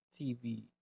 TV